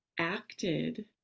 acted